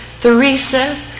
Theresa